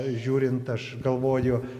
žiūrint aš galvoju